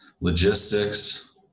logistics